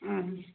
हम्म